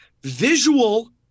visual